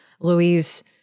Louise